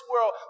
world